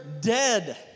dead